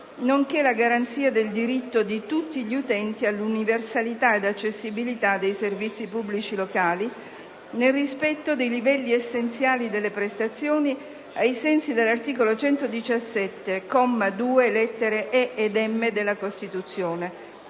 nonché la garanzia del diritto di tutti gli utenti all'universalità ed accessibilità dei servizi pubblici locali, nel rispetto dei livelli essenziali delle prestazioni, ai sensi dell'articolo 117, comma 2, lettere *e)* ed *m)*, della Costituzione,